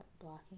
blocking